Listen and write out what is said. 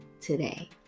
today